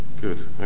Good